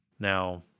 Now